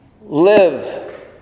live